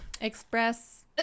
Express